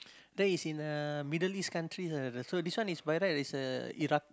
that is in a Middle-East country ah so this one by right is uh Iraq